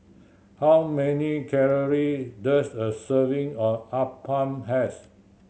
how many calorie does a serving of appam has